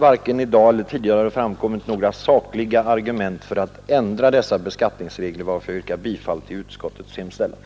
Varken i dag eller tidigare har det framkommit några sakliga argument för att ändra dessa beskattningsregler, och därför yrkar jag bifall till skatteutskottets hemställan.